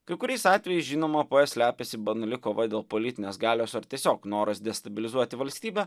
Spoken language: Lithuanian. kai kuriais atvejais žinoma po ja slepiasi banali kova dėl politinės galios ar tiesiog noras destabilizuoti valstybę